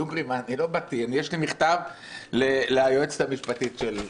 יש לי מכתב ליועצת המשפטית של הכנסת.